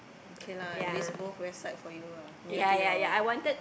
okay lah at least both West side for you lah near to your